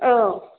औ